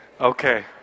Okay